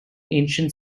ancient